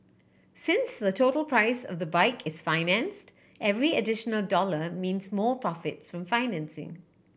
since the total price of the bike is financed every additional dollar means more profits from financing